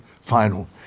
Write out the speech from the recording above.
final